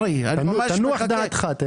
תנוח דעתך.